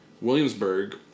Williamsburg